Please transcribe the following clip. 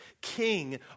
king